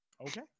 Okay